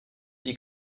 die